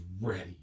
ready